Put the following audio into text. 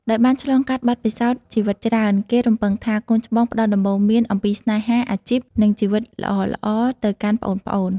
ដោយបានឆ្លងកាត់បទពិសោធន៍ជីវិតច្រើន គេរំពឹងថា កូនច្បងផ្តល់ដំបូន្មានអំពីស្នេហា អាជីព និងជីវិតល្អៗទៅកាន់ប្អូនៗ។